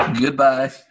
Goodbye